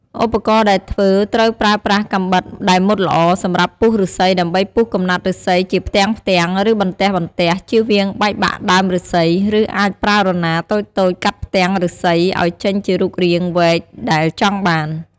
ឧបករណ៍ដែលធ្វើត្រូវប្រើប្រាស់កាំបិតដែលមុតល្អ សម្រាប់ពុះឫស្សីដើម្បីពុះកំណាត់ឫស្សីជាផ្ទាំងៗ ឬបន្ទះៗ ជៀសវាងបែកបាក់ដើមឬស្សី ឬអាចប្រើរណារតូចៗកាត់ផ្ទាំងឫស្សីឱ្យចេញជារូបរាងវែកដែលចង់បាន។